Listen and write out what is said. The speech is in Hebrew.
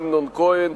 אמנון כהן,